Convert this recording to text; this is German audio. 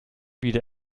wieder